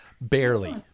Barely